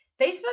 Facebook